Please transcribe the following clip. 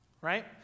right